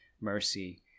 mercy